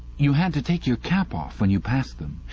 you had to take your cap off when you passed them.